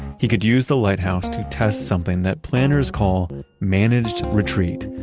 he could use the lighthouse to test something that planners call managed retreat.